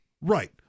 Right